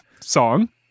song